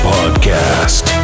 Podcast